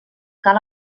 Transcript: cal